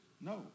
no